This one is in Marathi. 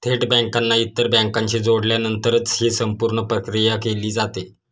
थेट बँकांना इतर बँकांशी जोडल्यानंतरच ही संपूर्ण प्रक्रिया केली जाते